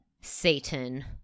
Satan